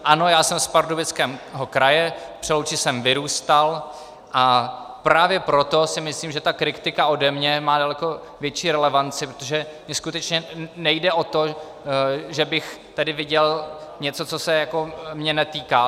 Ano já jsem z Pardubického kraje, v Přelouči jsem vyrůstal, a právě proto si myslím, že ta kritika ode mne má daleko větší relevanci, protože mně skutečně nejde o to, že bych tady viděl něco, co se mě netýká.